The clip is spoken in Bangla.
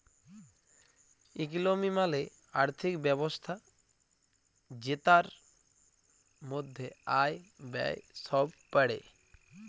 ইকলমি মালে আর্থিক ব্যবস্থা জেটার মধ্যে আয়, ব্যয়ে সব প্যড়ে